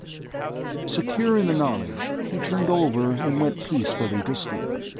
secure in the knowledge, he turned over and went peacefully to sleep.